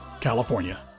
California